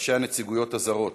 ראשי הנציגויות הזרות,